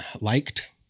liked